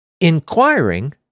inquiring